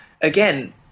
again